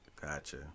Gotcha